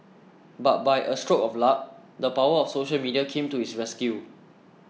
but by a stroke of luck the power of social media came to his rescue